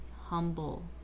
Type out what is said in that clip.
humble